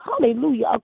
hallelujah